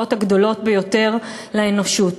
הזוועות הגדולות ביותר לאנושות.